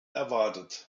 erwartet